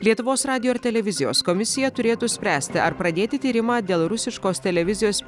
lietuvos radijo ir televizijos komisija turėtų spręsti ar pradėti tyrimą dėl rusiškos televizijos